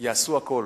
יעשו הכול